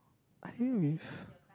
I think with